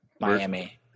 Miami